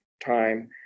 time